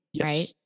right